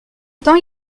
temps